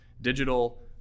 digital